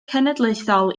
cenedlaethol